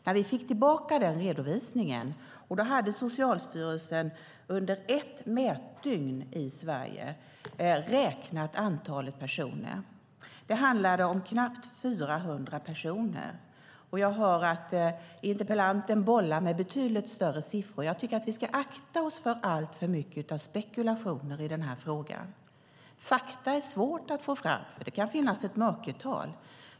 När vi fick denna redovisning hade Socialstyrelsen under ett mätdygn i Sverige räknat antalet personer. Det handlade om knappt 400 personer. Interpellanten bollar med betydligt större siffror. Jag tycker att vi ska akta oss för alltför mycket av spekulationer i denna fråga. Fakta är svåra att få fram eftersom det kan finnas ett mörkertal.